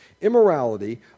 Immorality